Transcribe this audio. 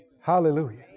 Hallelujah